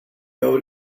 owed